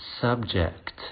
subject